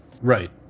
Right